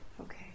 Okay